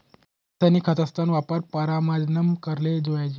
रासायनिक खतस्ना वापर परमानमा कराले जोयजे